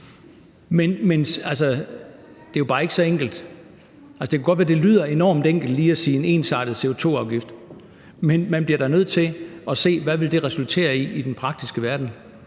Det er jo bare ikke så enkelt. Det kan godt være, at det nyder enormt enkelt lige at sige, at der skal være en ensartet CO2-afgift, men man bliver da nødt til at se på, hvad det vil resultere i i den praktiske verden,